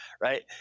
right